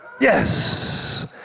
Yes